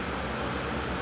flowing hair